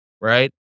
Right